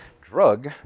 drug